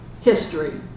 history